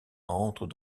entre